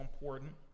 important